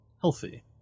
healthy